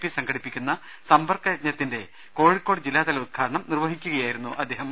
P സംഘടിപ്പിക്കുന്ന സമ്പർക്കയജ്ഞത്തിന്റെ Kozhikode ജില്ലാതല ഉദ്ഘാടനം നിർവഹിക്കുകയായിരുന്നു അദ്ദേഹം